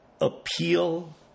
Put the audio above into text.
appeal